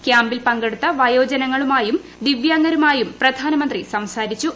ക്യാമ്പിൽ പങ്കെടുത്ത വയോജനങ്ങളുമായും ദിവ്യാംഗരുമായും പ്രധാനമന്ത്രി സംസാരിച്ചു